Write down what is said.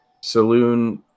Saloon